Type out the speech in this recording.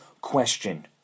question